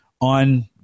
on